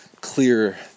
clear